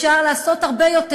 אפשר לעשות הרבה יותר.